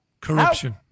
Corruption